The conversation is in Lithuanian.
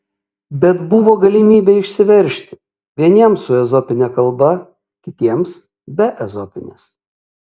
bet buvo galimybė išsiveržti vieniems su ezopine kalba kitiems be ezopinės